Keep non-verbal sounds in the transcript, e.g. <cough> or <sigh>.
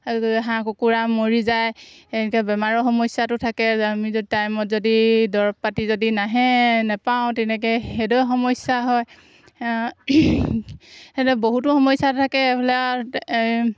<unintelligible> হাঁহ কুকুৰা মৰি যায় এই সেনেকৈ বেমাৰও সমস্যাটো থাকে আমি যদি টাইমত যদি দৰব পাতি যদি নাহে নাপাওঁ তেনেকৈ সেইদৰে সমস্যা হয় সেইদৰে বহুতো সমস্যা থাকে এইফালে <unintelligible> এই